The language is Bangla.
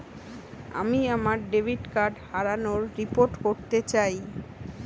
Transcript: আমি আমার ডেবিট কার্ড হারানোর রিপোর্ট করতে চাই